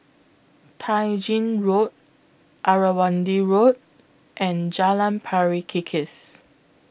Tai Gin Road Irrawaddy Road and Jalan Pari Kikis